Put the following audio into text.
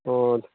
ꯑꯣ